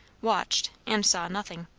watched and saw nothing.